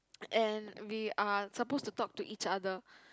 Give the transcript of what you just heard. and we are suppose to talk to each other